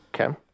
Okay